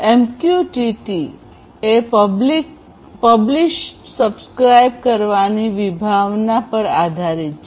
MQTT publish subscribe PublishSubscribe કરવાની વિભાવના પર આધારિત છે